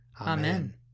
Amen